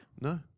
No